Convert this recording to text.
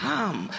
Come